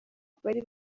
bari